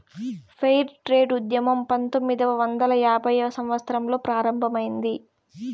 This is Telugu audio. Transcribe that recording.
ఫెయిర్ ట్రేడ్ ఉద్యమం పంతొమ్మిదవ వందల యాభైవ సంవత్సరంలో ప్రారంభమైంది